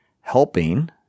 helping